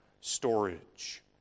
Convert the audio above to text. storage